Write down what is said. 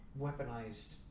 weaponized